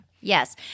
Yes